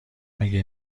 مگه